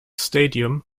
stadium